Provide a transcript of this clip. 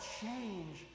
change